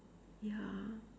ya